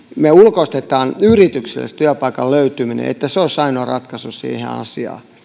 me ulkoistamme yrityksille sen työpaikan löytymisen ja että se olisi ainoa ratkaisu siihen asiaan kun hallitus nyt tekee tämän uuden lainsäädännön muiltakin osin